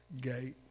gate